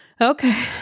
Okay